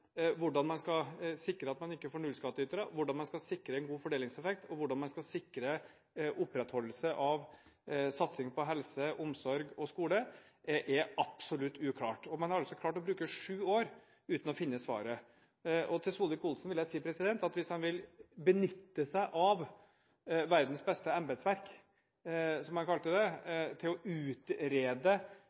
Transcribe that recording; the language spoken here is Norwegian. Hvordan man skal sikre at man ikke får nullskattytere, hvordan man skal sikre en god fordelingseffekt og hvordan man skal sikre opprettholdelse av satsing på helse, omsorg og skole, er absolutt uklart. Man har altså klart å bruke sju år uten å finne svaret. Til representanten Solvik-Olsen vil jeg si at hvis han vil benytte seg av verdens beste embetsverk, som han kalte det, til å utrede